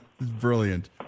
Brilliant